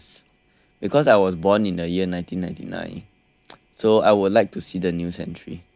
yes because I was born in the year nineteen ninety nine so I would like to see the new century